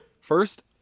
first